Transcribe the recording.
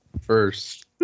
First